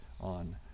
on